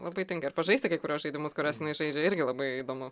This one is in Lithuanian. labai tinka ir pažaisti kai kuriuos žaidimus kuriuos jinai žaidžia irgi labai įdomu